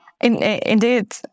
Indeed